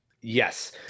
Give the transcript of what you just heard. yes